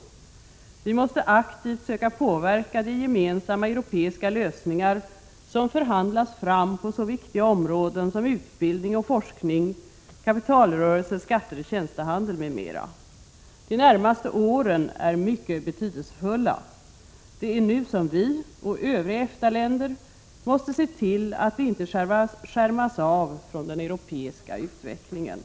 Vi måste aktivt söka påverka de gemensamma europeiska lösningar som förhandlas fram på viktiga områden som utbildning och forskning, kapitalrörelser, skatter, tjänstehandel m.m. De närmaste åren är mycket betydelsefulla. Det är nu som vi och övriga EFTA-länder måste se till att inte skärmas av från den euoropeiska utvecklingen.